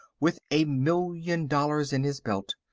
with a million dollars in his belt.